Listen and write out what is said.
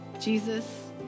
Jesus